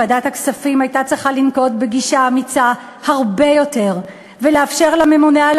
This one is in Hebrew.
ועדת הכספים הייתה צריכה לנקוט גישה אמיצה הרבה יותר ולאפשר לממונה על